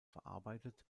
verarbeitet